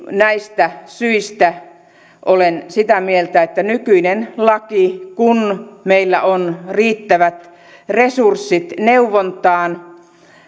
näistä syistä olen sitä mieltä että nykyinen laki kun meillä on riittävät resurssit neuvontaan